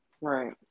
Right